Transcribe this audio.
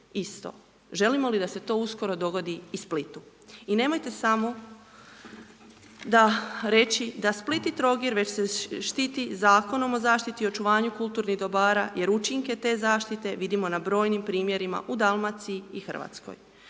isto. Želimo li da se to uskoro dogodi i Splitu. I nemojte samo reći da Split i Trogir već se štiti Zakonom o zaštiti o očuvanju kulturnih dobara jer učinke te zaštite vidimo na brojim primjerima u Dalmaciji i Hrvatskoj.